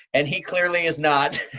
and he clearly is not.